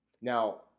Now